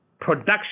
production